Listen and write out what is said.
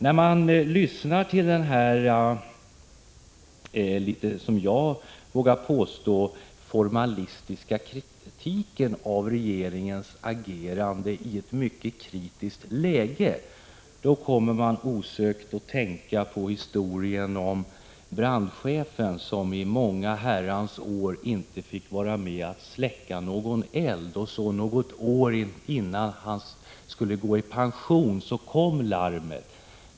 När jag lyssnar till dennalitet formalistiska kritik av regeringens agerande i ett mycket kritiskt läge, kommer jag osökt att tänka på historien om brandchefen som i många år inte fick vara med om att släcka någon eld. Något år innan han skulle gå i pension kom larmet.